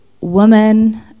women